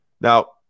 Now